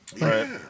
Right